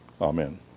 Amen